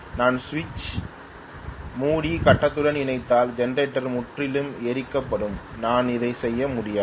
நான் சுவிட்சை மூடி கட்டத்துடன் இணைத்தால் ஜெனரேட்டர் முற்றிலும் எரிக்கப்படும் நான் அதை செய்ய முடியாது